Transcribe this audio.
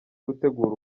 gutegura